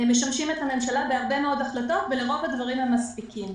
משמשים את הממשלה בהרבה מאוד החלטות ולרוב הדברים הם מספיקים.